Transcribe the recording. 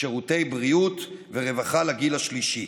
שירותי בריאות ורווחה לגיל השלישי.